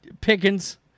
Pickens